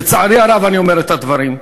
לצערי הרב אני אומר את הדברים.